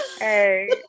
Hey